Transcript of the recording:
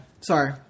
sorry